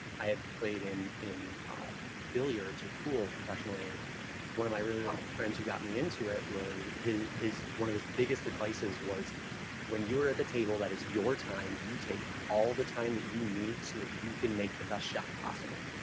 i had played in in billiards, in pool, professionally and one of my really really good friends who got me into it, was, his, one of his biggest advices was when you are at the table, that is your time, you take all the time that you need so that you can make the best shot possible.